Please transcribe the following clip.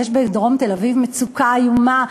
יש בדרום תל-אביב מצוקה איומה,